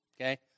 okay